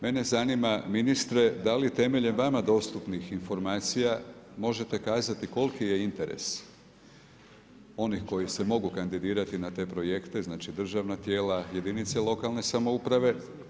Mene zanima, ministre, da li temeljem vama dostupnih informacija, možete kazati koliki je interes onih koji se mogu kandidirati na te projekte, znači državna tijela, jedinice lokalne samouprave.